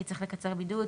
כי צריך לקצר בידוד,